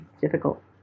Difficult